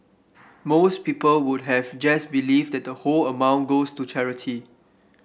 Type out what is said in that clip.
most people would have just believed that the whole amount goes to charity